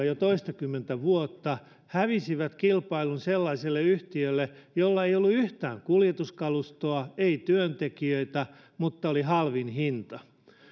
jo toistakymmentä vuotta hävisivät kilpailun sellaiselle yhtiölle jolla ei ollut yhtään kuljetuskalustoa ei työntekijöitä mutta oli halvin hinta